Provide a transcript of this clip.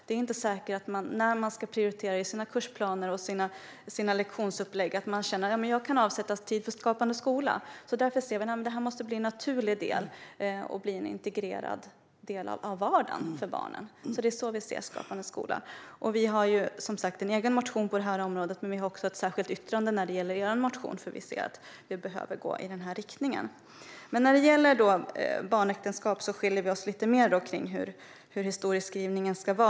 Det är inte säkert att man när man ska prioritera i kursplaner och lektionsupplägg känner att man kan avsätta tid för Skapande skola. Därför anser vi att detta måste bli en naturlig och integrerad del av barnens vardag. Det är så vi ser på Skapande skola. Vi har som sagt en motion på detta område. Vi har även ett särskilt yttrande vad gäller er motion, för vi ser att man behöver gå i denna riktning. När det gäller barnäktenskap skiljer vi oss åt lite mer i historieskrivningen.